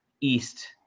East